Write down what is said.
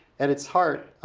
at its heart,